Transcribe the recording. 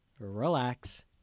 relax